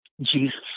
Jesus